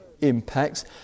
impacts